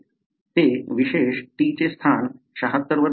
ते अवशेष T चे स्थान 76 वर धारण करते